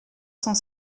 cent